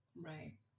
right